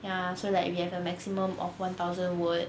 ya so like we have a maximum of one thousand word